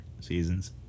seasons